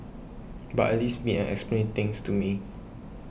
but at least meet and explain things to me